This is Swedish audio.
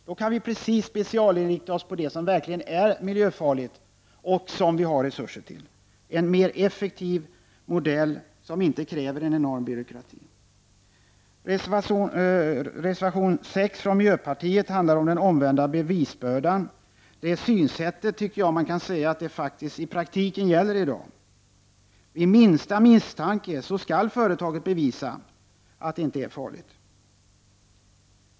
Då kan vi specialinrikta oss på det som verkligen är miljöfarligt och det som vi har resurser till. Det är en mer effektiv modell, som inte kräver en enorm byråkrati. Reservation 6 av miljöpartiet handlar om den omvända bevisbördan. Det synsättet gäller i praktiken i dag. Vid minsta misstanke skall företaget bevisa att produkten inte är farlig.